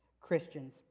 Christians